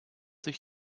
sich